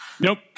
Nope